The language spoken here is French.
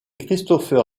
christopher